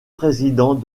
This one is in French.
président